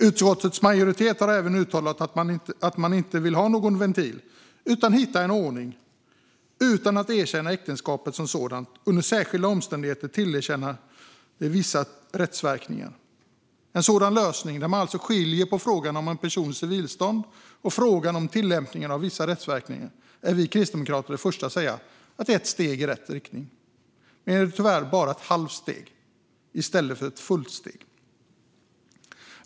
Utskottets majoritet har även uttalat att man inte vill ha någon ventil utan att man vill hitta en ordning där man utan att erkänna äktenskapet som sådant under särskilda omständigheter kan tillerkänna det vissa rättsverkningar. Om en sådan lösning, där man alltså skiljer på frågan om en persons civilstånd och frågan om tillämpningen av vissa rättsverkningar, är vi kristdemokrater de första att säga: Det är ett steg i rätt riktning. Men det är tyvärr bara ett halvt steg i stället för ett fullt steg.